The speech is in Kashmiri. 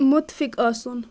مُتفِق آسُن